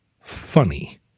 funny